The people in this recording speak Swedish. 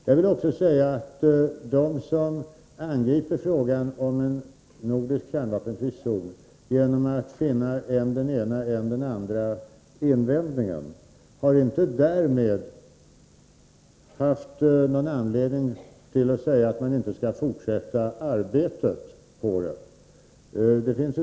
Jag vill också framhålla att de som angriper frågan om en nordisk kärnvapenfri zon genom att finna än den ena och än den andra invändningen har inte därmed anledning att säga att man inte skall fortsätta arbetet med frågan.